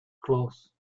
close